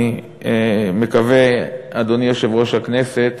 אני מקווה, אדוני יושב-ראש הכנסת,